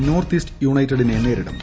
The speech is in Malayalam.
നോർത്ത് ഈസ്റ്റ് യുണൈറ്റഡിനെ നേരിടും